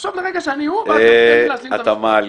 תחשוב לרגע שאני הוא ותן לי ל --- אתה מעליב,